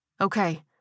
Okay